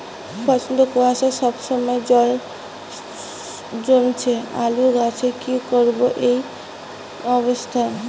প্রচন্ড কুয়াশা সবসময় জল জমছে আলুর গাছে কি করব এই অবস্থায়?